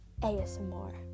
asmr